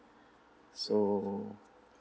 so